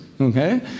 Okay